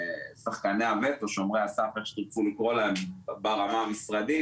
שחקני --- שומרי הסף איך שתרצו לקרוא להם ברמה המשרדית